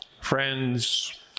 Friends